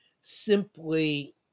simply